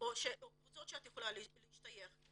או קבוצות שאת יכולה להשתייך אליהן.